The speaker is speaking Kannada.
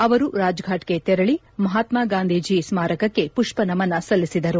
ಅವರು ರಾಜ್ಫಾಟ್ಗೆ ತೆರಳಿ ಮಹಾತ್ನಾಗಾಂಧೀಜಿ ಸ್ನಾರಕಕ್ಕೆ ಪುಷ್ಪನಮನ ಸಲ್ಲಿಸಿದರು